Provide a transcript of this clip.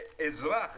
שאזרח